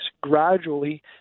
gradually